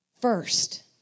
first